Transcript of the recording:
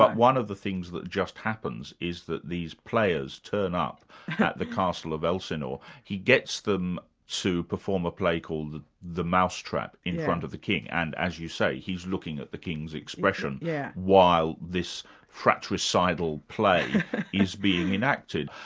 but one of the things that just happens is that these players turn up at the castle of elsinore. he gets them to perform a play called the the mousetrap in front of the king, and as you say, he's looking at the king's expression yeah while this fratricidal play is being enacted.